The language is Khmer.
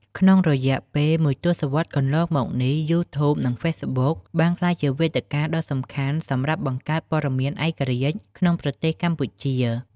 ក្នុងរយៈពេលមួយទសវត្សរ៍កន្លងមកនេះ YouTube និង Facebook បានក្លាយជាវេទិកាដ៏សំខាន់សម្រាប់អ្នកបង្កើតព័ត៌មានឯករាជ្យក្នុងប្រទេសកម្ពុជា។